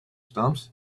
stamps